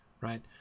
right